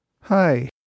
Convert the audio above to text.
Hi